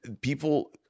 people